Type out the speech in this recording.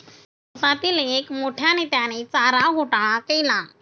भारतातील एक मोठ्या नेत्याने चारा घोटाळा केला